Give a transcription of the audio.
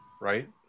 Right